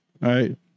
right